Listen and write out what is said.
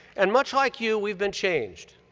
and much like you, we've been changed,